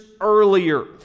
earlier